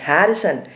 Harrison